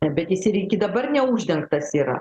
bet jis ir iki dabar neuždengtas yra